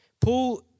Paul